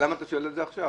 למה אתה שואל את זה עכשיו?